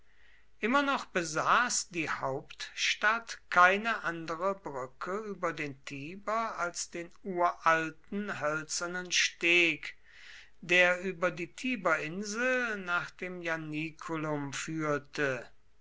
immer noch besaß die hauptstadt keine andere brücke über den tiber als den uralten hölzernen steg der über die tiberinsel nach dem ianiculum führte